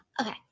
Okay